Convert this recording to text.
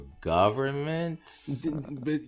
government